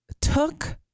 took